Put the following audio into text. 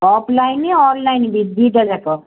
offline online ବି ଦୁଇଟା ଯାକ